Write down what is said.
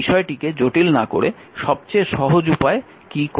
তাই বিষয়টিকে জটিল না করে সবচেয়ে সহজ উপায় কী করা যায়